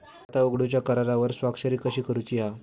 खाता उघडूच्या करारावर स्वाक्षरी कशी करूची हा?